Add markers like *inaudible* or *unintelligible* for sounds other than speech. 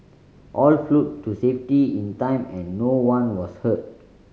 all *unintelligible* to safety in time and no one was hurt